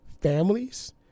families